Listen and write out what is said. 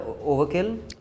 overkill